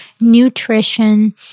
nutrition